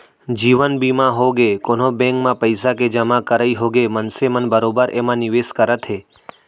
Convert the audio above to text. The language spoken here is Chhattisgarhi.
जीवन बीमा होगे, कोनो बेंक म पइसा के जमा करई होगे मनसे मन बरोबर एमा निवेस करत हे